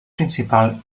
principal